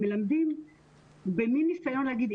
מלמדים במין ניסיון להגיד,